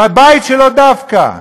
בבית שלו, דווקא.